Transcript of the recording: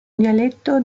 dialetto